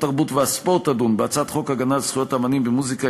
התרבות והספורט תדון בהצעת חוק הגנה על זכויות אמנים במוזיקה,